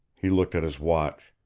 he looked at his watch.